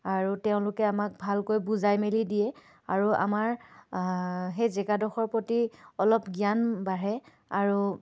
আৰু তেওঁলোকে আমাক ভালকৈ বুজাই মেলি দিয়ে আৰু আমাৰ সেই জেগাডোখৰ প্ৰতি অলপ জ্ঞান বাঢ়ে আৰু